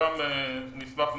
נשמח מאוד.